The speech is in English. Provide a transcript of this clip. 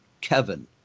Kevin